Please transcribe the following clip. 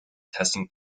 testing